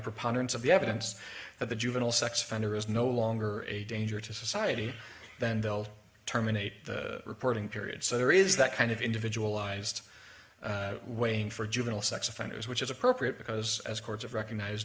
preponderance of the evidence that the juvenile sex offender is no longer a danger to society then they'll terminate the reporting period so there is that kind of individual ised weighing for juvenile sex offenders which is appropriate because as courts have recognized